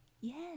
Yes